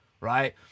Right